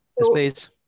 please